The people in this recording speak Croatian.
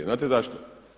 Znate zašto?